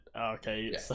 Okay